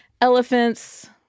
elephants